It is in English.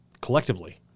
collectively